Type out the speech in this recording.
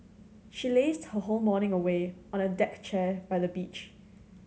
she lazed her whole morning away on a deck chair by the beach